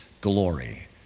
glory